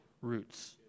roots